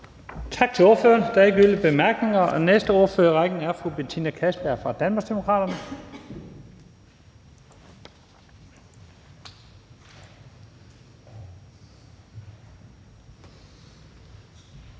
Tak til ordføreren. Der er ikke yderligere korte bemærkninger. Næste ordfører i rækken er fru Betina Kastbjerg fra Danmarksdemokraterne.